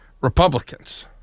Republicans